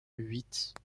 huit